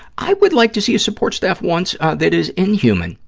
i would like to see a support staff once that is inhuman,